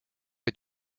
est